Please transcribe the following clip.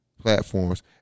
platforms